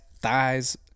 Thighs